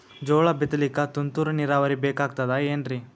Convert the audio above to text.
ಜೋಳ ಬಿತಲಿಕ ತುಂತುರ ನೀರಾವರಿ ಬೇಕಾಗತದ ಏನ್ರೀ?